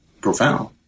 profound